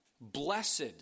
Blessed